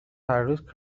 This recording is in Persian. هرروز